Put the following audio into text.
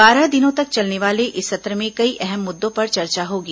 बारह दिनों तक चलने वाले इस सत्र में कई अहम मुद्दों पर चर्चा होगी